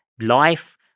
life